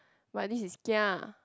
but this is kia